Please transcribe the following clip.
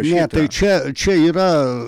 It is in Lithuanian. ne tai čia čia yra